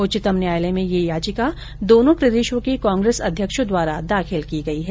उच्चतम न्यायालय में ये यांचिका दोनो प्रदेशों के कांग्रेस अध्यक्षों द्वारा दाखिल की गई है